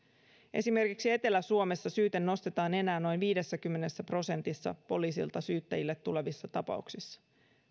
esimerkiksi etelä suomessa syyte nostetaan enää noin viidessäkymmenessä prosentissa poliisilta syyttäjille tulevissa tapauksissa